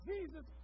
Jesus